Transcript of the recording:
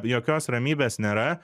jokios ramybės nėra